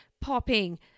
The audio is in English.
popping